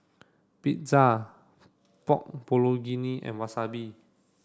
Pizza Pork Bulgogi and Wasabi